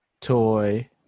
Toy